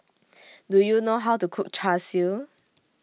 Do YOU know How to Cook Char Siu